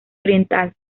oriental